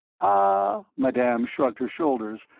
ah, madame shrugged her shoulders,